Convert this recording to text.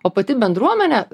o pati bendruomenė